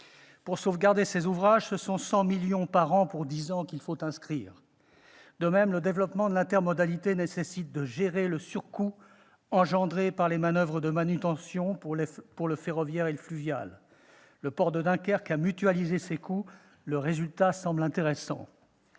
Pour sauvegarder ces ouvrages, ce sont 100 millions d'euros par an sur dix ans qu'il faudrait prévoir. De même, le développement de l'intermodalité nécessite de gérer le surcoût engendré par les manoeuvres de manutention pour le ferroviaire et le fluvial. Le port de Dunkerque a mutualisé ses coûts ; le résultat semble intéressant.